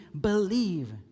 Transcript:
believe